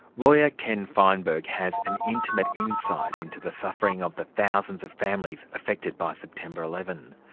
lawyer, ken feinberg has an intimate insight into the suffering of the thousands of families affected by september eleven.